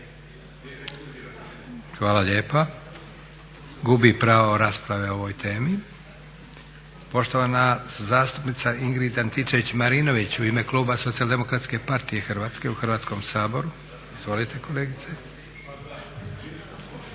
Hvala lijepa. Gubi pravo rasprave o ovoj temi. Poštovana zastupnica Ingrid Antičević-Marinović u ime kluba Socijaldemokratske partije Hrvatske u Hrvatskom saboru. Izvolite kolegice.